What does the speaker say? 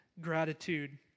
gratitude